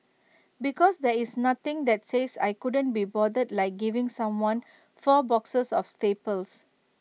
because there is nothing that says I couldn't be bothered like giving someone four boxes of staples